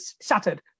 shattered